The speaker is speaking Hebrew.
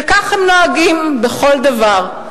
וכך הם נוהגים בכל דבר.